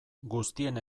guztien